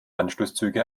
anschlusszüge